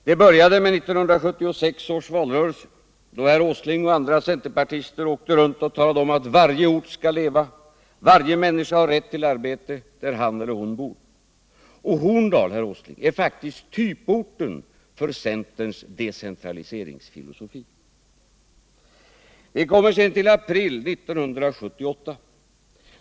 Det började med 1976 års valrörelse, då herr Åsling och andra centerpartister åkte runt och talade om att varje ort skall leva, varje människa har rätt till arbete där han eller hon bor. Och Horndal, herr Åsling, är faktiskt typorten för centerns decentraliseringsfilosofi. Vi kommer sedan till april 1978.